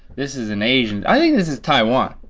this is an asian. i think this is taiwan.